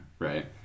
Right